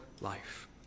life